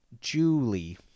Julie